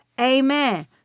Amen